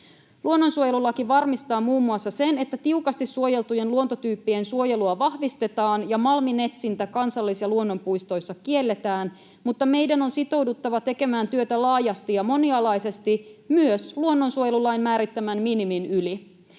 Luonnonsuojelulaki varmistaa muun muassa sen, että tiukasti suojeltujen luontotyyppien suojelua vahvistetaan ja malminetsintä kansallis- ja luonnonpuistoissa kielletään, mutta meidän on sitouduttava tekemään työtä laajasti ja moni-alaisesti myös luonnonsuojelulain määrittämän minimin yli.